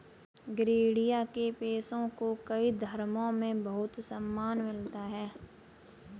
गरेड़िया के पेशे को कई धर्मों में बहुत सम्मान मिला है